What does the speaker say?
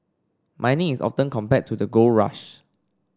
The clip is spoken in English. mining is often compared to the gold rush